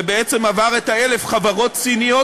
ובעצם זה עבר את 1,000 החברות הסיניות.